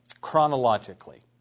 chronologically